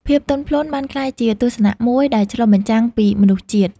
ភាពទន់ភ្លន់បានក្លាយជាទស្សនៈមួយដែលឆ្លុះបញ្ចាំងពីមនុស្សជាតិ។